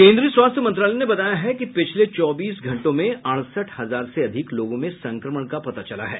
केन्द्रीय स्वास्थ्य मंत्रालय ने बताया है कि पिछले चौबीस घंटों में अड़सठ हजार से अधिक लोगों में संक्रमण का पता चला है